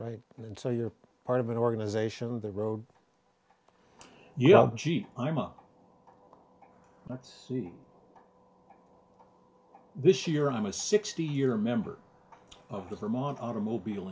right and so you're part of an organization the road yeah i'm a let's see this year i'm a sixty year member of the fremont automobile